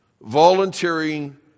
volunteering